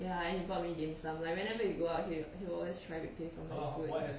ya he bought me dim sum like whenever we go out he will he will always try to pay for my food